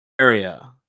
area